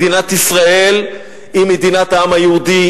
מדינת ישראל היא מדינת העם היהודי,